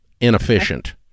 inefficient